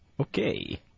Okay